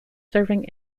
serving